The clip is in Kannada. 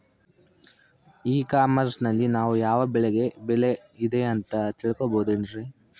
ಇ ಕಾಮರ್ಸ್ ನಲ್ಲಿ ನಾವು ಯಾವ ಬೆಳೆಗೆ ಬೆಲೆ ಇದೆ ಅಂತ ತಿಳ್ಕೋ ಬಹುದೇನ್ರಿ?